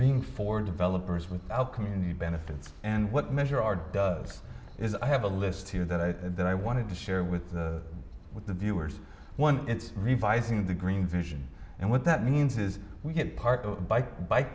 being for developers without community benefit and what measure are does is i have a list here that i that i wanted to share with with the viewers one it's revising the green vision and what that means is we get part of bike bike